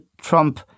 Trump